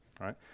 right